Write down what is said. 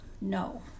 No